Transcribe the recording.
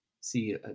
see